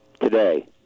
Today